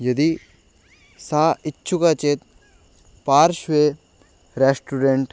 यदि सः इच्छुकः चेत् पार्श्वे रेस्टुरेण्ट्